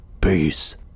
Peace